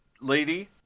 lady